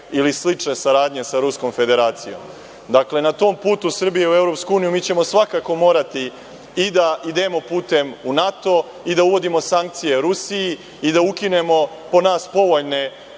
ili slične saradnje sa Ruskom Federacijom. Dakle, na tom putu Srbije u EU mi ćemo svakako morati i da idemo putem u NATO i da uvodimo sankcije Rusiji i da ukinemo po nas povoljne